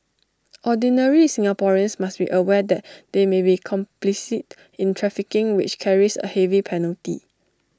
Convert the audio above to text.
ordinary Singaporeans must be aware that they may be complicit in trafficking which carries A heavy penalty